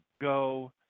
go